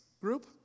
group